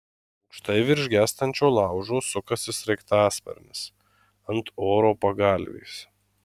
aukštai virš gęstančio laužo sukasi sraigtasparnis ant oro pagalvės